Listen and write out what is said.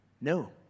No